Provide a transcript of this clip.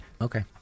Okay